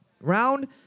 Round